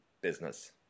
business